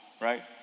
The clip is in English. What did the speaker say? right